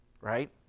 right